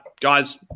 Guys